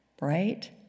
Right